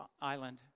island